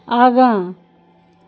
आगाँ